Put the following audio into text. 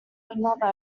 another